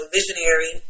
Visionary